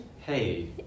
hey